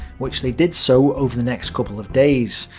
which they did so over the next couple of days.